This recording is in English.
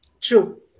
True